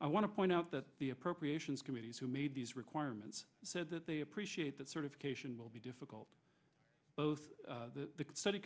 i want to point out that the appropriations committees who made these requirements said that they appreciate that sort of cation will be difficult both the study